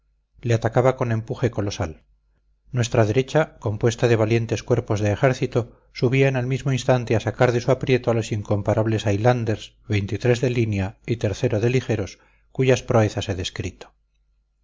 le atacaba con empuje colosal nuestra derecha compuesta de valientes cuerpos de ejército subía en el mismo instante a sacar de su aprieto a los incomparables highlanders de línea y o de ligeros cuyas proezas he descrito